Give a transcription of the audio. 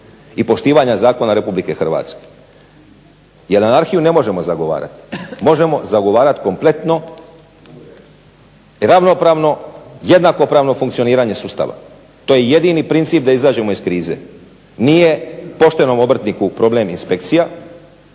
i poštivanja zakona RH jer anarhiju ne možemo zagovarati. Možemo zagovarati kompletno i ravnopravno, jednakopravno funkcioniranje sustava. To je jedini princip da izađemo iz krize. Nije poštenom obrtniku problem inspekcija,